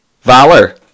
Valor